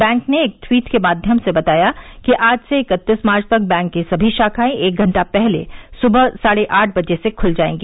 bank ने एक tweet के माध्यम से बताया कि आज से इकत्तीस मार्च तक बैंक की सभी शाखाएं एक घंटा पहले सुबह साढे आठ बजे से खुल जायेंगी